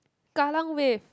kallang-Wave